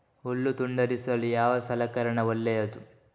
ಹುಲ್ಲು ತುಂಡರಿಸಲು ಯಾವ ಸಲಕರಣ ಒಳ್ಳೆಯದು?